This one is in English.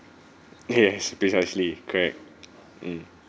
yes a bit actually correct mm